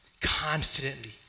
confidently